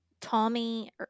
Tommy